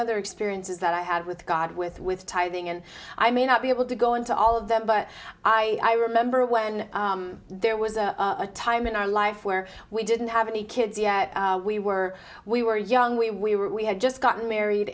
other experiences that i had with god with with tithing and i may not be able to go into all of them but i remember when there was a time in our life where we didn't have any kids we were we were young we we were we had just gotten married